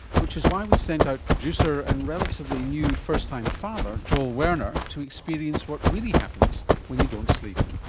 which is why we sent our producer and relatively new first-time father, joel werner, to experience what really happens when you don't sleep.